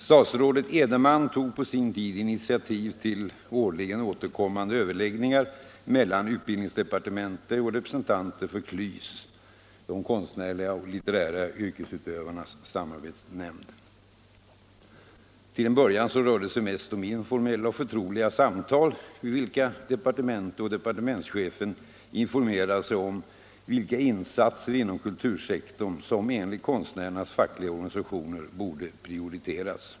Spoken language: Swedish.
Statsrådet Edenman tog på sin tid initiativ till årligen återkommande överläggningar mellan utbildningsdepartementet och representanter för KLYS — de konstnärliga och litterära yrkesutövarnas samarbetsnämnd. Till en början rörde det sig mest om informella och förtroliga samtal, där departementschefen och företrädare för departementet informerade sig om vilka insatser inom kultursektorn som enligt konstnärernas fackliga organisationer borde prioriteras.